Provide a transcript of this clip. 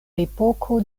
epoko